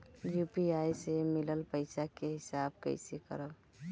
UPI से मिलल पईसा के हिसाब कइसे करब?